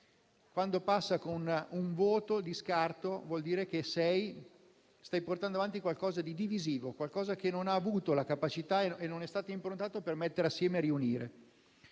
quel solo voto di scarto significa che si sta portando avanti qualcosa di divisivo, che non ha avuto la capacità e non è stato improntato per mettere assieme e riunire.